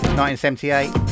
1978